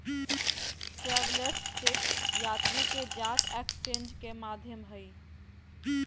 travellers cheque यात्री के जांच एक्सचेंज के माध्यम हइ